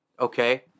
okay